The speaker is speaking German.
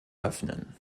öffnen